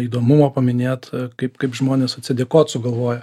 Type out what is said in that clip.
įdomumo paminėt kaip kaip žmonės atsidėkot sugalvoja